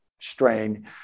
strain